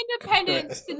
independence